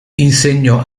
insegnò